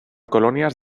colonias